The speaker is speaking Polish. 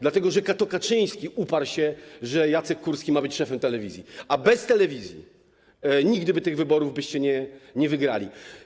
Dlatego że to Kaczyński uparł się, że Jacek Kurski ma być szefem telewizji, a bez telewizji nigdy tych wyborów byście nie wygrali.